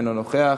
אינו נוכח,